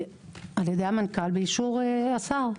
על ידי המנכ"ל באישור השר.